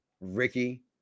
Ricky